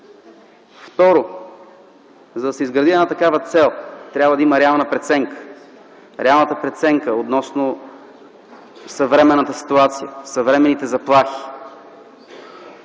Второ, за да се изгради една такава цел, трябва да има реална преценка относно съвременната ситуация, съвременните заплахи,